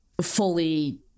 fully